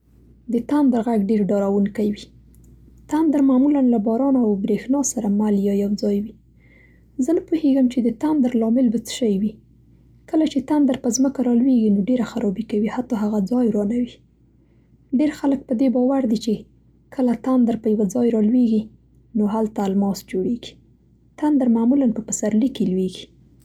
د تندر غږ ډېر ډاروونکی وي. تندر معمولا له باران او برېښنا سره مل یا یو ځای وي. زه نه پوهېږم چې د تندر لامل به څه شی وي. کله چې تندر په ځمکه را لوېږي نو ډېره خرابي کوي حتی هغه ځای ورانوي. ډېر خلک په دې باور دي چې کله تندر په یوه ځای را ولوېږي نو هلته الماس جوړېږي. تندر معمولا په پسرلي کې لوېږي.